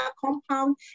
compound